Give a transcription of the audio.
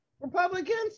Republicans